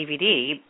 DVD